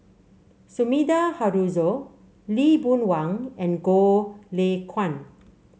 Sumida Haruzo Lee Boon Wang and Goh Lay Kuan